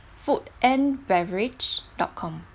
food and beverage dot com